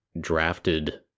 drafted